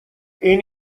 این